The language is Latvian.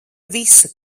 visu